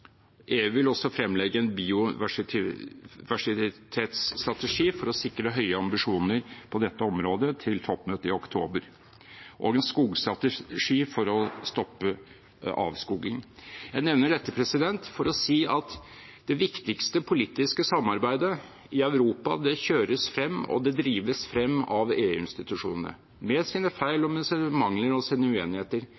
EU vil også fremlegge en biodiversitetsstrategi for å sikre høye ambisjoner på dette området til toppmøtet i oktober og en skogstrategi for å stoppe avskoging. Jeg nevner dette for å si at det viktigste politiske samarbeidet i Europa kjøres frem og drives frem av EU-institusjonene, med sine feil